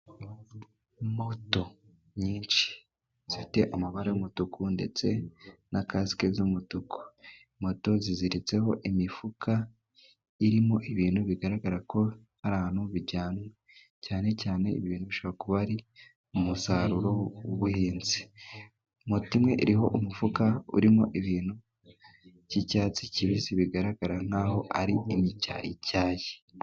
Moto nyinshi zifite amabara y'umutuku, ndetse na kasike z'umutuku. Moto ziziritseho imifuka irimo ibintu bigaragara ko hari ahantu bijyanywe, cyane cyane ibi bintu bishobora kuba ari umusaruro w'ubuhinzi. Moto imwe iriho umufuka urimo ibintu by'icyatsi kibisi, bigaragara nkaho ari imicyayicyayi.